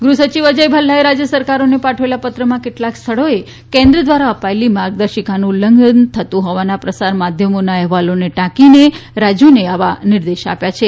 ગૃહસચિવ અજય ભલ્લાએ રાજ્ય સરકારોને પાઠવેલા પત્રમાં કેટલાક સ્થળોએ કેન્દ્ર દ્વારા અપાયેલી માર્ગદર્શિકાનું ઉલ્લંઘન થતું હોવાના પ્રસાર માધ્યમોના અહેવાલોને ટાંકીને શ્રી અજય ભલ્લાએ રાજ્યોને આવા નિર્દેશ આપ્યા છે